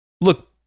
look